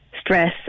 stress